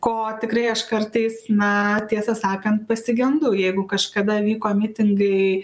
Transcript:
ko tikrai aš kartais na tiesą sakant pasigendu jeigu kažkada vyko mitingai